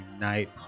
night